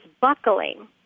buckling